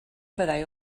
fyddai